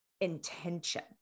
intention